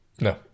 No